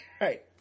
Right